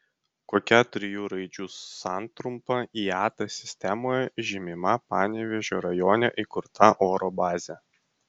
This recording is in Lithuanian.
kokia trijų raidžių santrumpa iata sistemoje žymima panevėžio rajone įkurta oro bazė